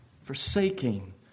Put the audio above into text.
forsaking